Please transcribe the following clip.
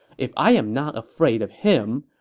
if i am not afraid of him,